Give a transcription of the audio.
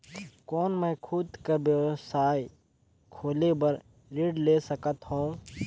कौन मैं खुद कर व्यवसाय खोले बर ऋण ले सकत हो?